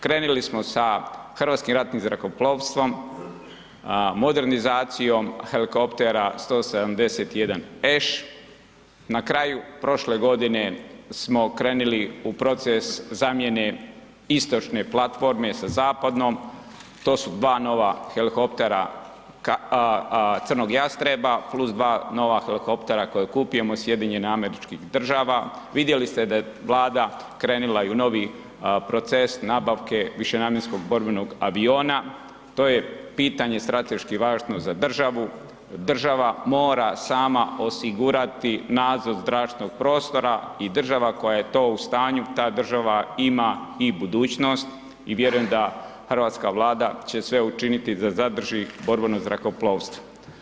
Krenuli smo sa Hrvatskim ratnim zrakoplovstvom, modernizacijom helikoptera 171 SH, na kraju prošle godine smo krenuli u proces zamjene istočne platforme sa zapadnom, to su dva nova helikoptera Crnog jastreba plus dva nova helikoptera koje kupujemo od SAD-a, vidjeli ste da je Vlada krenula i u novi proces nabavke višenamjenskog borbenog aviona, to je pitanje strateški važno za državu, država mora sama osigurati nadzor zračnog prostora i država koja je to u stanju, ta država ima i budućnost i vjerujem da hrvatska Vlada će sve učiniti da zadrži borbeno zrakoplovstvo.